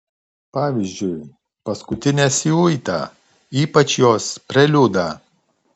pavyzdžiui paskutinę siuitą ypač jos preliudą